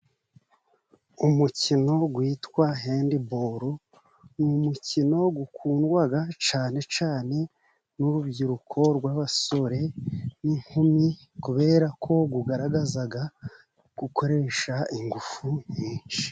Umukino witwa handiboro, ni umukino ukundwa cyane cyane n'urubyiruko rw'abasore n'inkumi, kubera ko ugaragaza gukoresha ingufu nyinshi.